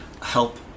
help